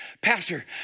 pastor